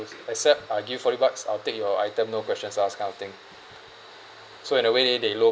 accept I give forty bucks I'll take your item no questions asked kind of thing so in a way they low